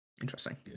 interesting